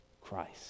Christ